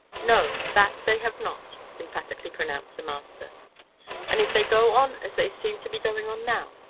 no, that they have not, emphatically pronounced the master and, if they go on as they seem to be going on now,